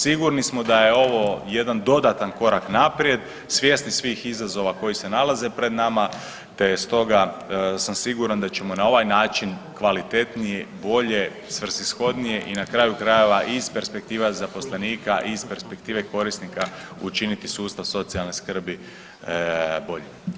Sigurni smo da je ovo jedan dodatan korak naprijed, svjesni svih izazova koji se nalaze pred nama, te stoga sam siguran da ćemo na ovaj način kvalitetnije, bolje, svrsishodnije i na kraju krajeva i iz perspektiva zaposlenika i iz perspektive korisnika učiniti sustav socijalne skrbi boljim.